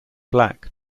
black